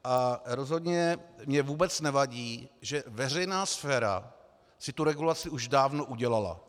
A rozhodně mně vůbec nevadí, že veřejná sféra si tu regulaci už dávno udělala.